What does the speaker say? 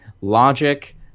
logic